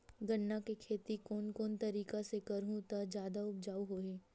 गन्ना के खेती कोन कोन तरीका ले करहु त जादा उपजाऊ होही?